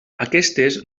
aquestes